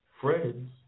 friends